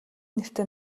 нэртэй